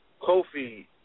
Kofi